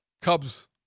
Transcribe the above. Cubs